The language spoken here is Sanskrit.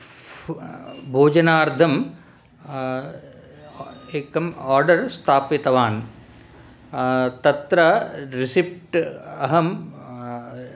भोजनार्थं एकम् आर्डर् स्थापितवान् तत्र रेसिप्ट् अहं